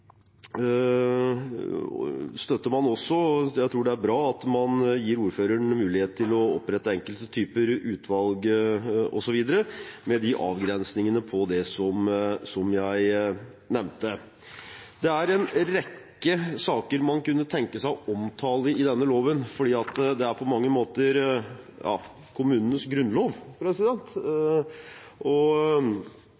støtter man også – og jeg tror det er bra – at man gir ordføreren mulighet til å opprette enkelte typer utvalg osv., med de avgrensningene jeg nevnte. Det er en rekke saker man kunne tenke seg å omtale i denne loven, for dette er på mange måter kommunenes grunnlov.